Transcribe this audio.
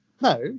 No